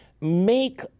make